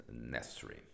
necessary